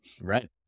Right